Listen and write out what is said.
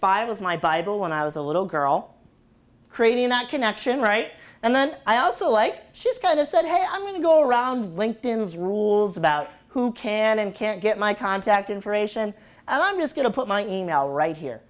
spirals my bible when i was a little girl creating that connection right and then i also like she's kind of said hey i'm going to go around linked in's rules about who can and can't get my contact information and i'm just going to put my e mail right here